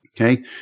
Okay